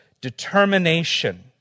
determination